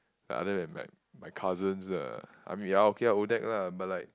other than like my cousins ah I mean ya okay O-Deck lah but like